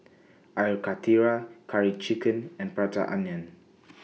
Air Karthira Curry Chicken and Prata Onion